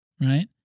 right